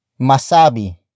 masabi